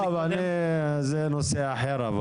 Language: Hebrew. זה נושא אחר.